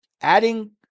adding